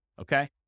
Okay